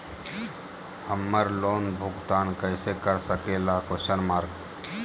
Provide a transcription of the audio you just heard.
हम्मर लोन भुगतान कैसे कर सके ला?